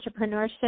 entrepreneurship